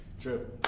True